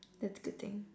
that's a good thing